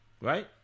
right